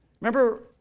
Remember